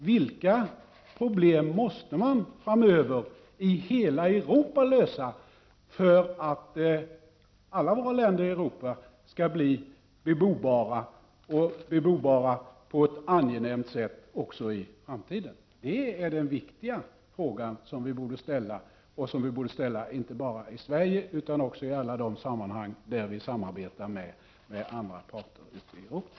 Vilka problem måste man lösa framöver, i hela Europa, för att alla länder i Europa skall bli bebobara — och bebobara på ett angenämt sätt — också i framtiden? Det är dessa viktiga frågor som vi borde ställa och som vi borde ställa inte bara Sverige utan också i alla de sammanhang där vi samarbetar med andra parter ute i Europa.